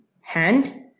hand